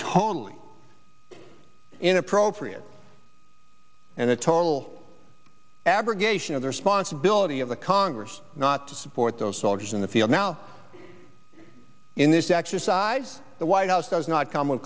totally inappropriate the total abrogation of the responsibility of the congress not to support those soldiers in the field now in this exercise the white house does not come